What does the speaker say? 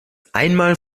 einmal